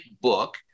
book